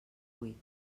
vuit